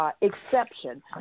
exception